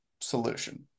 solution